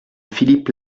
philippe